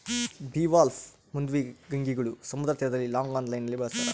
bivalve ಮೃದ್ವಂಗಿಗಳನ್ನು ಸಮುದ್ರ ತೀರದಲ್ಲಿ ಲಾಂಗ್ ಲೈನ್ ನಲ್ಲಿ ಬೆಳಸ್ತರ